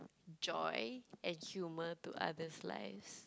joy and humour to other's lives